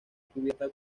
cubierta